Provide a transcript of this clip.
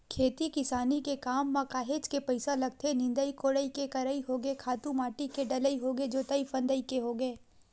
खेती किसानी के काम म काहेच के पइसा लगथे निंदई कोड़ई के करई होगे खातू माटी के डलई होगे जोतई फंदई के होगे